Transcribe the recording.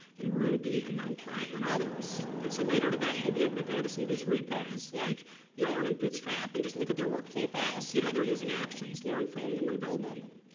and ruby, and numpy, and others. and so later today, you'll be able to go to some of these repos, like yarn and bootstrap, and just look at their workflow files, see how they're using actions, learn from them, and build on them.